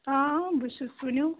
آ بہٕ چھَس ؤنو